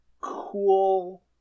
cool